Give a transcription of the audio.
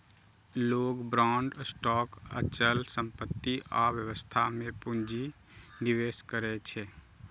लोग bond, stock, अचल संपत्ति आ व्यवसाय मे पूंजी निवेश करै छै